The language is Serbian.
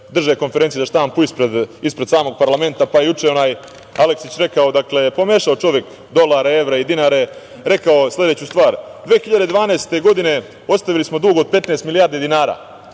drže konferencije za štampu ispred samog parlamenta. Juče je onaj Aleksić rekao… Dakle, pomešao čovek dolare, evre i dinare i rekao sledeću stvar. Godine 2012. ostavili smo dug od 15 milijardi dinara,